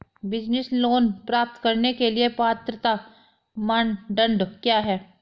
Business loan प्राप्त करने के लिए पात्रता मानदंड क्या हैं?